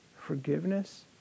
Forgiveness